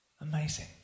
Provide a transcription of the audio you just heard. Amazing